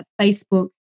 Facebook